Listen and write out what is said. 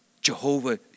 Jehovah